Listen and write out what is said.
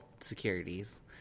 securities –